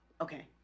okay